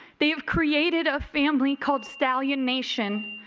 they have created a family called stallion nation.